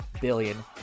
billion